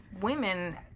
women